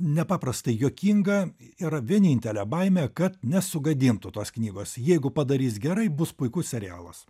nepaprastai juokinga yra vienintelė baimė kad nesugadintų tos knygos jeigu padarys gerai bus puikus serialas